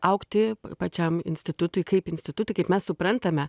augti pačiam institutui kaip institutui kaip mes suprantame